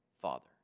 Father